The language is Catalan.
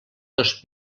dos